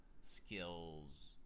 skills –